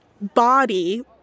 body